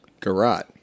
Garot